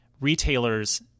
retailers